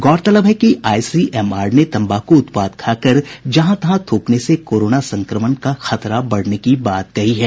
गौरतलब है कि आईसीएमआर ने तम्बाकू उत्पाद खाकर जहां तहां थूकने से कोरोना संक्रमण का खतरा बढ़ने की बात कही है